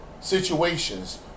situations